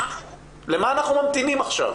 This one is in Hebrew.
למה אנחנו ממתינים עכשיו?